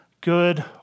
good